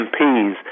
MPs